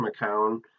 McCown